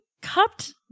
cupped